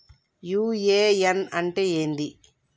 UAN అంటే ఏంది?